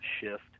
shift